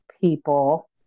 people